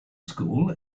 school